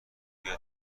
بیا